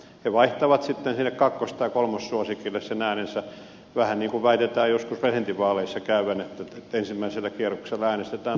he vaihtavat sitten sinne kakkos tai kolmossuosikille sen äänensä vähän niin kuin väitetään joskus presidentinvaaleissa käyvän että ensimmäisellä kierroksella äänestetään toista kierrosta